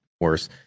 worse